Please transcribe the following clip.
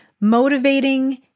motivating